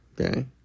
Okay